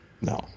No